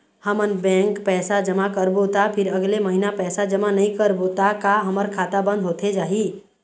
हमन बैंक पैसा जमा करबो ता फिर अगले महीना पैसा जमा नई करबो ता का हमर खाता बंद होथे जाही?